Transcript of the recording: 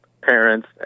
parents